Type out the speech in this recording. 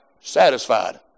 Satisfied